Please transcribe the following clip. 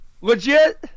Legit